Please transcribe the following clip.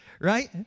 Right